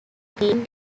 been